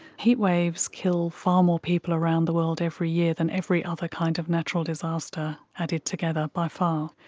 heatwaves kill far more people around the world every year than every other kind of natural disaster added together by far.